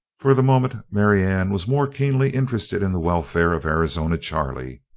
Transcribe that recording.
for the moment, marianne was more keenly interested in the welfare of arizona charley.